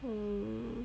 mm